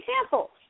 examples